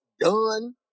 done